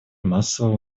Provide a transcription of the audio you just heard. массового